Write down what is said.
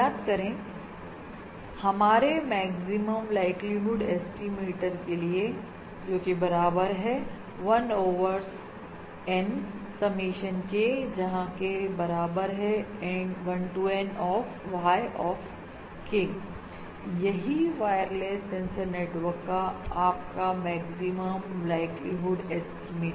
अब याद करें हमारे मैक्सिमम लाइक्लीहुड ऐस्टीमेट के लिए जोकि बराबर है 1 ओवरN समेशनK जहां के बराबर है 1 to N of Y of K यही वॉयरलैस सेंसर नेटवर्क का आपके मैक्सिमम लाइक्लीहुड एस्टीमेट है